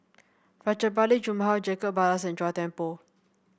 Rajabali Jumabhoy Jacob Ballas and Chua Thian Poh